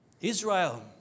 Israel